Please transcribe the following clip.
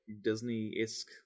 disney-esque